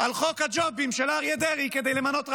על חוק הג'ובים של אריה דרעי כדי למנות רבנים.